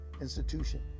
institution